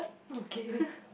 okay